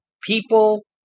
People